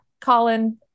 colin